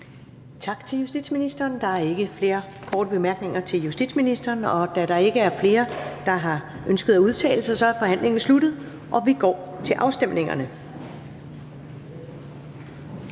Tak til justitsministeren. Der er ikke flere korte bemærkninger til justitsministeren. Da der ikke er flere, der har ønsket at udtale sig, er forhandlingen sluttet, og vi går til afstemning.